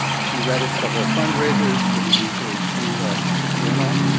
she read at several fundraisers for the usually painless journal.